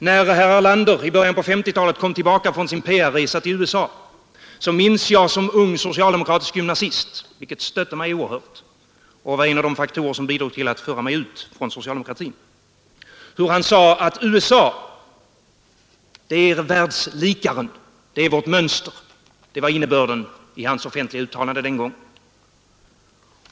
När herr Erlander i början på 1950-talet kom tillbaka från sin PR-resa till USA, minns jag som ung socialdemokratisk gymnasist — vilket stötte mig oerhört och var en av de faktorer som bidrog till att föra mig ut från socialdemokratin — hur han sade att USA är världslikaren: vårt mönster. Det var innebörden i hans offentliga uttalande den gången.